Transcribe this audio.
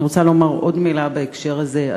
אני רוצה לומר עוד מילה בהקשר הזה.